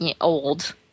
old